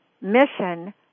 Mission